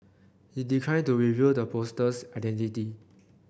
he declined to reveal the poster's identity